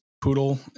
poodle